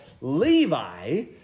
Levi